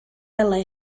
welai